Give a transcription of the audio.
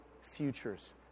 futures